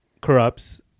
corrupts